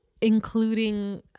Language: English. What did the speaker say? including